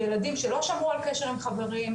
ילדים שלא שמרו על קשר עם חברים,